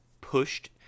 pushed